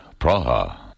Praha